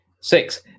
Six